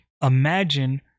imagine